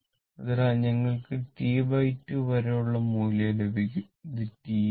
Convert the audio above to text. അതിനാൽ ഞങ്ങൾക്ക് T2 വരെയുള്ള മൂല്യം ലഭിക്കും ഇത് T ആണ്